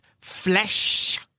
flesh